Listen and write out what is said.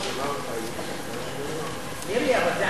ההצעה להעביר את הנושא לוועדת הכספים נתקבלה.